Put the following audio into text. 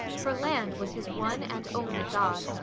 for land was his one and only god.